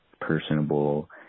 personable